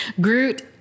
Groot